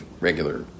regular